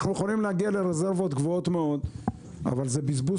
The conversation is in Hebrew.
אנחנו יכולים להגיע לרזרבות גבוהות מאוד אבל זה בזבוז כספי ציבור.